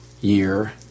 year